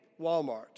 Walmart